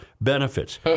benefits